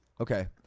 Okay